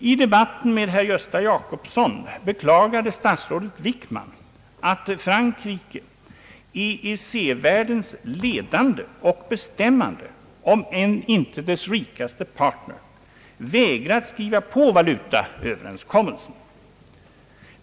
I debatten med herr Gösta Jacobsson beklagade statsrådet Wickman «att Frankrike — EEC-världens ledande och bestämmande om än inte dess rikaste partner — vägrat att skriva på valutaöverenskommelsen.